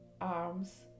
arms